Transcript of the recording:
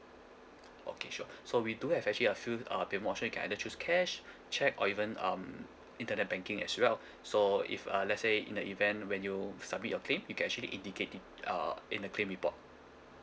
okay sure so we do have actually a few uh payment option you can either choose cash cheque or even um internet banking as well so if uh let's say in the event when you submit your claim you can actually indicate it uh in the claim report